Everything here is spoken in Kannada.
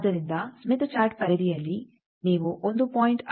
ಆದ್ದರಿಂದ ಸ್ಮಿತ್ ಚಾರ್ಟ್ ಪರಿಧಿಯಲ್ಲಿ ನೀವು 1